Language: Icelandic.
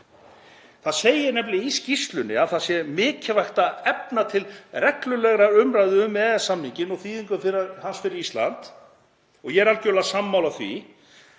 Það segir nefnilega í skýrslunni að það sé mikilvægt að efna til reglulegrar umræðu um EES-samninginn og þýðingu hans fyrir Ísland og ég er algerlega sammála því.